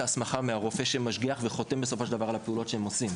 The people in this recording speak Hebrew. ההסמכה מהרופא שמשגיח וחותם על הפעולות שהם עושים.